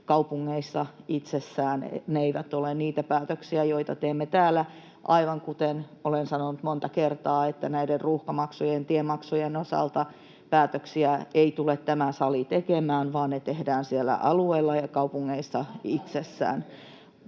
kaupungeissa itsessään. Ne eivät ole niitä päätöksiä, joita teemme täällä. Aivan kuten olen sanonut monta kertaa, näiden ruuhkamaksujen ja tiemaksujen osalta tämä sali ei tule tekemään päätöksiä, vaan ne tehdään siellä alueilla ja kaupungeissa itsessään.